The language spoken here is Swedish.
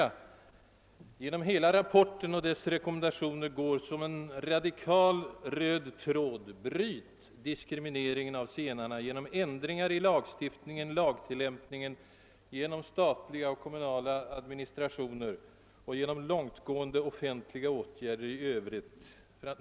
Genom hela rapporten och rekommendationen går som en röd tråd: Bryt diskrimineringen av zigenarna genom ändringar i lagstiftningen och lagtilllämpningen, genom de statliga och kommunala administrationerna och genom långtgående offentliga åtgärder i övrigt!